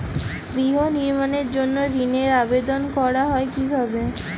গৃহ নির্মাণের জন্য ঋণের আবেদন করা হয় কিভাবে?